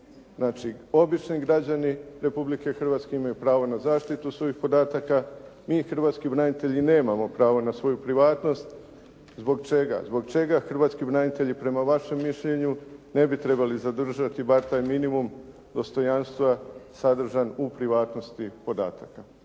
Znači obični građani Republike Hrvatske imaju pravo na zaštitu svojih podataka. Mi hrvatski branitelji nemamo pravo na svoju privatnost. Zbog čega? Zbog čega hrvatski branitelji prema vašem mišljenju ne bi trebali zadržati bar taj minimum dostojanstva sadržan u privatnosti podataka?